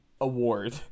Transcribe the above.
award